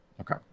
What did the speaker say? Okay